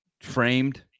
framed